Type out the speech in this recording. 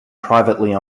privately